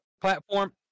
platform